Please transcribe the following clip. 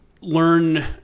learn